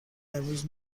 امروز